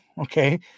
Okay